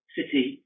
city